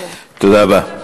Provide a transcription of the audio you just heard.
תודה רבה.